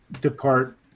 depart